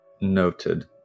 Noted